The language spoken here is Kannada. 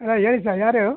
ಅಲೋ ಹೇಳಿ ಸರ್ ಯಾರು